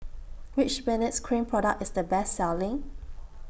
Which Benzac Cream Product IS The Best Selling